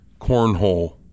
cornhole